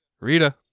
Rita